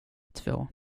två